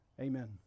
Amen